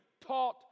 taught